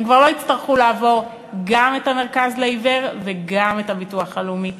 הם כבר לא יצטרכו לעבור גם את "המרכז לעיוור" וגם את הביטוח הלאומי,